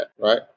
right